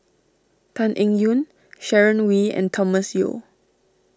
Tan Eng Yoon Sharon Wee and Thomas Yeo